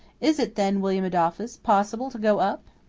is it, then, william adolphus, possible to go up?